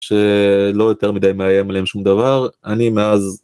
שלא יותר מדי מאיים עליהם שום דבר, אני מאז...